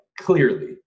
clearly